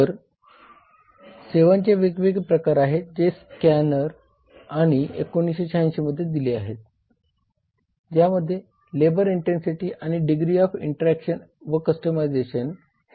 तर सेवांचे वेगवेगळे प्रकार आहेत जे स्कॅमनेर यांनी 1986 मध्ये दिली आहेत ज्यामध्ये लेबर इंटेन्सिटी आणि डिग्री ऑफ इंटरऍक्शन व कस्टमायझेशन हे आहेत